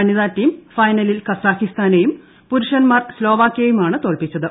വനിതാ ടീം ഫൈനലിൽ കസാഖിസ്ഥാനെയും പുരുഷന്മാർ സ്നോവാക്യയെയുമാണ്ട് തോൽപിച്ചത്